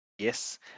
Yes